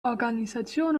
organisation